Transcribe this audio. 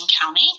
County